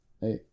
hey